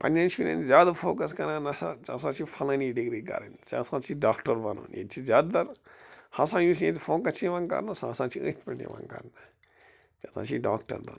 پَنٕنیٚن شُریٚن زیادٕ فوکَس کَران نسا ژےٚ ہسا چھُے فَلٲنی ڈِگری کَرٕنۍ ژےٚ سا چھُے ڈاکٹر بنُن ییٚتہِ چھِ زیادٕ تر ہسا یُس ییٚتہِ فوکَس چھُ یِوان کرنہٕ سُہ ہسا چھُ أتھۍ پیٚٹھ یِوان کرنہٕ ژےٚ ہسا چھُے ڈاکٹر بنُن